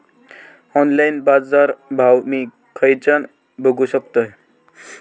Online बाजारभाव मी खेच्यान बघू शकतय?